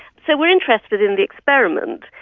so we are interested in the experiment,